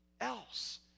else